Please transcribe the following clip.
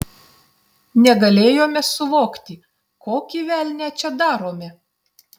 negalėjome suvokti kokį velnią čia darome